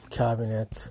cabinet